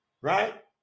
right